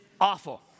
awful